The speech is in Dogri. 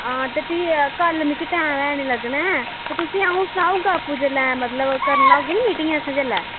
हां ते भी कल्ल मिकी टैम ऐ निं लग्गना ऐं ते तुसें ई अ'ऊं सनाई ओड़गा आपूं जेल्लै मतलब करना होगी निं मीटिंग असें जेल्लै